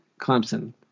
Clemson